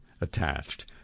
attached